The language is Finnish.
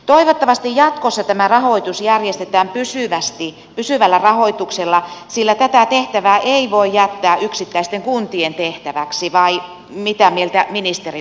toivottavasti jatkossa tämä järjestetään pysyvällä rahoituksella sillä tätä tehtävää ei voi jättää yksittäisten kuntien tehtäväksi vai mitä mieltä ministeri on asiasta